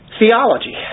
Theology